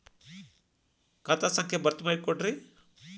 ಖಾತಾ ಸಂಖ್ಯಾ ಭರ್ತಿ ಮಾಡಿಕೊಡ್ರಿ